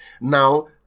Now